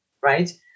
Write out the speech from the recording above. right